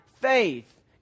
faith